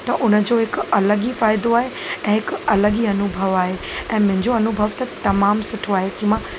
त उन जो हिकु अलॻि ई फ़ाइदो आहे ऐं हिकु अलॻि ई अनुभव आए ऐं मुंहिंजो अनुभव त तमामु सुठो आहे की मां